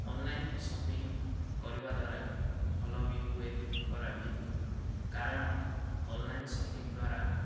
online shopping କରିବା ଦ୍ୱାରା ଭଲ ବି ହୁଏ ଖରାପ ବି ହୁଏ କାରଣ ଅନଲାଇନ୍ ସପିଂ ଦ୍ୱାରା